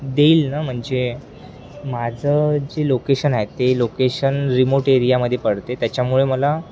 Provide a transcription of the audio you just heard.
देईल ना म्हणजे माझं जे लोकेशन आहे ते लोकेशन रिमोट एरियामध्ये पडते त्याच्यामुळे मला